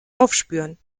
aufspüren